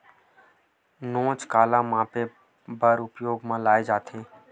नोच काला मापे बर उपयोग म लाये जाथे?